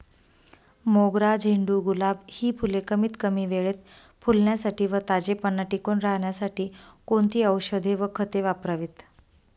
मोगरा, झेंडू, गुलाब हि फूले कमीत कमी वेळेत फुलण्यासाठी व ताजेपणा टिकून राहण्यासाठी कोणती औषधे व खते वापरावीत?